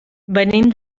venim